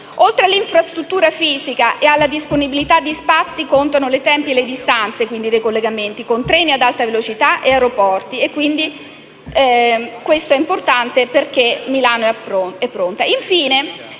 oltre all'infrastruttura fisica e alla disponibilità di spazi, contano i tempi e le distanze dei collegamenti con treni ad alta velocità e aeroporti. Questo è importante, perché Milano è pronta.